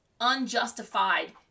unjustified